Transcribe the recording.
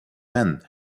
men